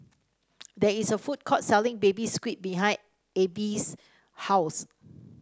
there is a food court selling Baby Squid behind Abie's house